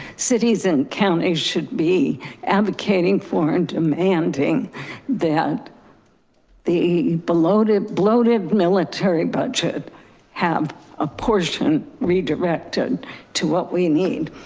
cities and counties should be advocating for and demanding that the bloated bloated military budget have a portion redirected to what we need.